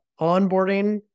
onboarding